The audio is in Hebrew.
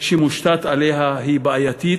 שהוא מושתת עליה היא בעייתית,